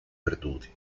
perduti